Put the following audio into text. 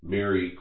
Mary